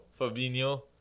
Fabinho